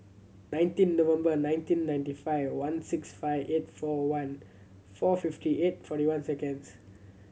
nineteen November nineteen ninety five one six five eight four one four fifty eight forty one seconds